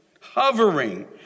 Hovering